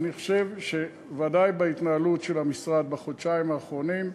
אני חושב שוודאי בהתנהלות של המשרד בחודשיים האחרונים,